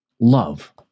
love